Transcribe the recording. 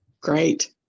Great